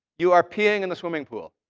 you are peeing in the swimming pool.